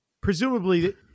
Presumably